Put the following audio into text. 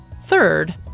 Third